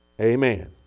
Amen